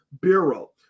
Bureau